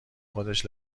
خودش